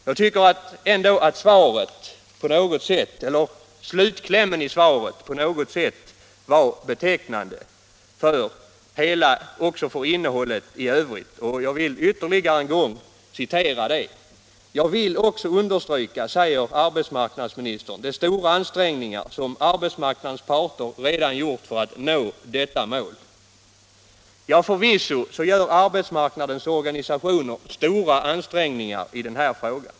Jag tycker att slutklämmen i arbetsmarknadsministerns svar på något sätt var betecknande för dess innehåll i övrigt. Jag ville därför till slut upprepa vad arbetsmarknadsministern där säger: ”Jag vill också understryka de stora ansträngningar som arbetsmarknadens parter redan har gjort för att nå detta mål.” Ja, förvisso gör arbetsmarknadens organisationer stora ansträngningar i den här frågan.